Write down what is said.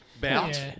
Bout